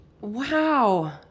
Wow